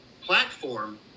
platform